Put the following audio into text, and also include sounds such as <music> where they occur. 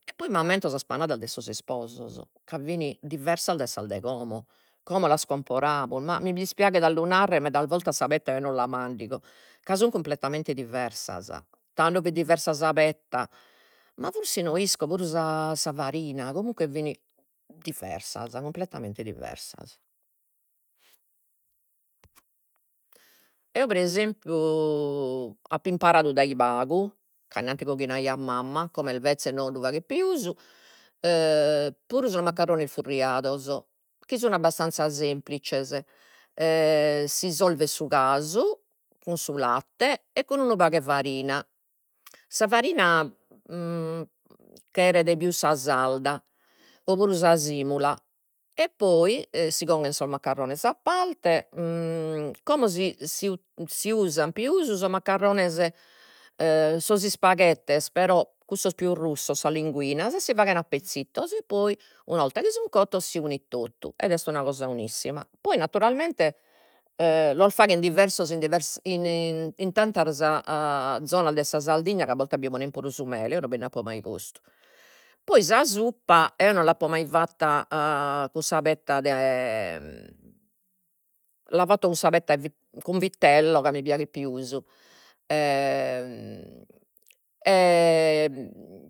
Poi m'ammento sas panadas de sos isposos, ca fin diversas de sas de como, como las comporamus ma mi dispiaghet a lu narrer, meda 'oltas sa petta eo non la mandigo, ca sun cumpletamente diversas. Tando fit diversa sa petta, ma forsis no isco puru sa sa farina, comunque fin diversas cumpletamente diversas. Eo pre esempiu <hesitation> apo imparadu dai pagu, ca innanti coghinaiat mamma, como est bezza e non lu faghet pius <hesitation> puru sos maccarrones furriados, chi sun abbastanza semplices e s'isorvet su casu cun su latte, e cun unu pagu 'e farina, sa farina <hesitation> cheret pius sa sarda o puru sa simula, e poi si coghen sos maccarrones a parte <hesitation> como si si <hesitation> si usan pius sos maccarrones e sos ispaghettes, però cussos pius russos, sas linguinas, e si faghen a pezzittos e poi una 'olta chi sun cottos si unit totu, ed est una cosa 'onissima, poi naturalmente e los faghen diversos in <unintelligible> in tantas <hesitation> zonas de sa Sardigna, ca a bortas bi ponen puru su mele, eo non bind'apo mai postu. Poi sa suppa eo non l'apo mai fatta <hesitation> cun sa petta de <hesitation> la fatto cun sa petta e <hesitation> cun vitello ca mi piaghet pius <hesitation>